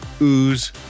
Ooze